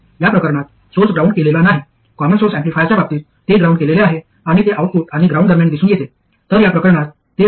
या प्रकरणात source ground केलेला नाही कॉमन सोर्स ऍम्प्लिफायरच्या बाबतीत ते ग्राउंड केलेले आहे आणि ते आउटपुट आणि ग्राउंड दरम्यान दिसून येते तर या प्रकरणात ते होत नाही